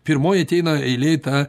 pirmoji ateina eilėj ta